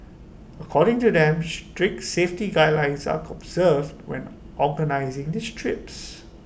cording to them strict safety guidelines are serve when organising these trips